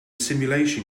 simulation